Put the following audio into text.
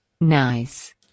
Nice